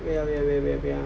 wait ah wait wait wait ah